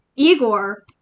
Igor